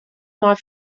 mei